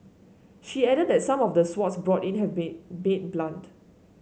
she added that some of the swords brought in have been been blunt